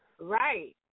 Right